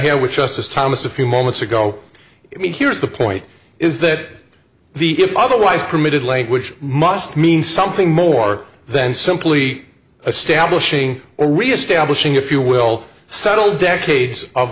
had with justice thomas a few moments ago i mean here's the point is that the if otherwise permitted language must mean something more than simply a stablish ing or reestablishing if you will settle decades of